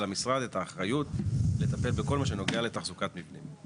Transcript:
המשרד את האחריות לטפל בכל מה שנוגע לתחזוקת מבנים.